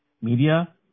Media